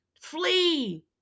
Flee